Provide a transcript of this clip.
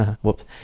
whoops